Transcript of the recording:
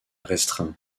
restreint